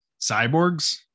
cyborgs